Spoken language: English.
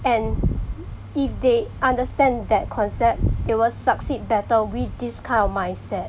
and if they understand that concept they will succeed better with this kind of mindset